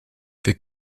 wir